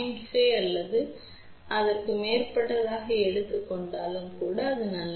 5  அல்லது அதற்கு மேற்பட்டதாக எடுத்துக் கொண்டாலும் கூட அது நல்லது